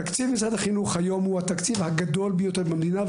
תקציב משרד החינוך היום הוא התקציב הגדול ביותר במדינה,